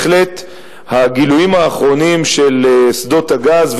הגילויים האחרונים של שדות הגז,